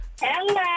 Hello